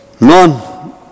none